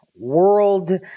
world